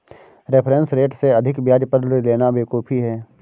reference rate से अधिक ब्याज पर ऋण लेना बेवकूफी है